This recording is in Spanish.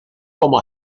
como